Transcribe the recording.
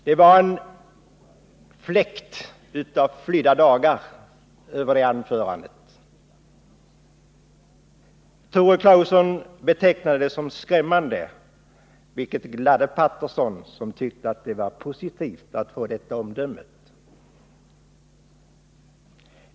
Det var en fläkt av flydda dagar över hans anförande. Tore Claeson betecknade det som skrämmande, vilket gladde herr Paterson som tyckte att det var positivt att få detta omdöme.